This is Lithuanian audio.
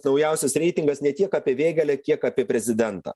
naujausias reitingas ne tiek apie vėgėlę kiek apie prezidentą